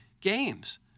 games